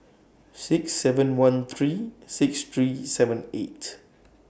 six seven one three six three seven eight